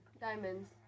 diamonds